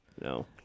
no